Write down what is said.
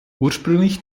ursprünglich